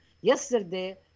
Yesterday